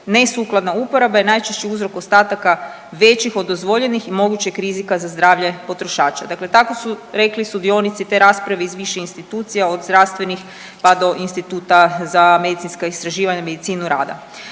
Nesukladna uporaba je najčešći uzrok ostataka većih od dozvoljenih i mogućeg rizika za zdravlje potrošača. Dakle, tako su rekli sudionici te rasprave iz više institucija od zdravstvenih pa do Instituta za medicinska istraživanja i medicinu rada.